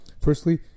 firstly